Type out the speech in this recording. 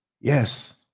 yes